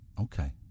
Okay